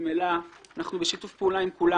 אנחנו בשיתוף פעולה עם כולם.